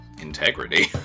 Integrity